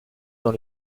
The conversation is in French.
dans